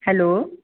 hello